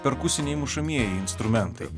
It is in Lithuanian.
perkusiniai mušamieji instrumentai